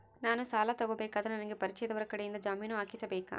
ನಾನು ಸಾಲ ತಗೋಬೇಕಾದರೆ ನನಗ ಪರಿಚಯದವರ ಕಡೆಯಿಂದ ಜಾಮೇನು ಹಾಕಿಸಬೇಕಾ?